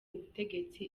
ubutegetsi